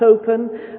open